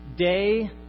Day